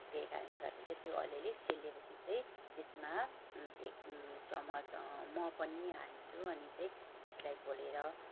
त्यही कारणले गर्दा चाहिँ त्यो अलिअलि सेलिएपछि चाहिँ त्यसमा एक चमच मह पनि हाल्छु अनि चाहिँ त्यसलाई घोलेर